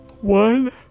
one